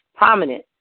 Prominent